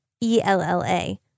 E-L-L-A